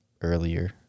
earlier